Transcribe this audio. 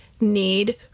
need